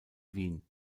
wien